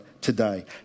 today